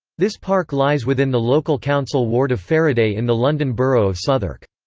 this park lies within the local council ward of faraday in the london borough of southwark.